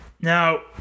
now